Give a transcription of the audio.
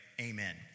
Amen